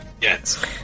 Yes